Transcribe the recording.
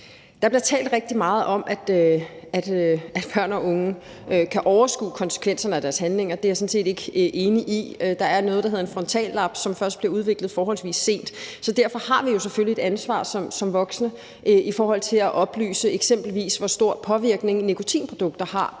Der bliver talt rigtig meget om, at børn og unge kan overskue konsekvenserne af deres handlinger. Det er jeg sådan set ikke enig i, for der er noget, der hedder en frontallap, som først bliver udviklet forholdsvis sent. Så derfor har vi selvfølgelig et ansvar som voksne for at oplyse, eksempelvis hvor stor påvirkning nikotinprodukter har